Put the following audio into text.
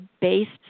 based